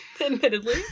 admittedly